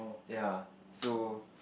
ya so